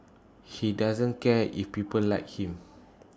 he doesn't care if people like him